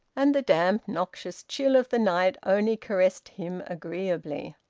and the damp noxious chill of the night only caressed him agreeably.